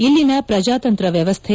ಇಲ್ಲಿನ ಪ್ರಜಾತಂತ್ರ ವ್ಯವಸ್ಥೆ